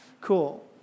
Cool